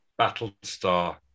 Battlestar